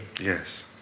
Yes